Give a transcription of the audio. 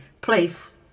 place